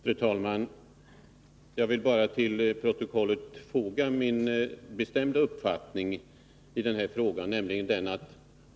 Fru talman! Jag vill bara till protokollet foga min bestämda uppfattning i den här frågan.